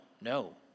No